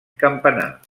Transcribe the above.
campanar